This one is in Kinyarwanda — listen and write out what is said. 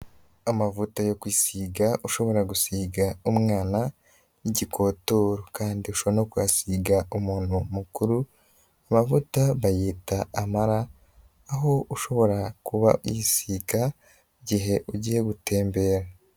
Amavuta yo gusiga ushobora gusiga umwana y'igikotoro kandi ushobora no kuhasiga umuntu mukuru, amavuta bayita Amara aho ushobora kuba uyisiga igihe ugiye gutembera.